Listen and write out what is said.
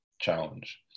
challenge